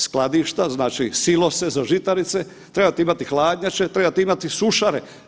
Skladišta, silose za žitarice, trebate imati hladnjače, trebate imati sušare.